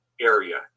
area